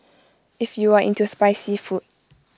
if you are into spicy food